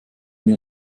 wir